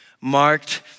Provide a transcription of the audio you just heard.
marked